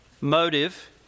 motive